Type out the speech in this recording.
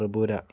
Tripura